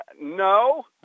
no